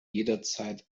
jederzeit